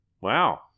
Wow